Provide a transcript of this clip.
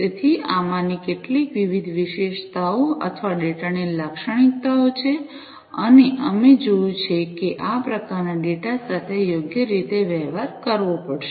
તેથી આ આમાંની કેટલીક વિવિધ વિશેષતાઓ અથવા ડેટાની લાક્ષણિકતાઓ છે અને અમે જોયું છે કે આ પ્રકારના ડેટા સાથે યોગ્ય રીતે વ્યવહાર કરવો પડશે